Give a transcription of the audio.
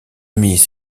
amis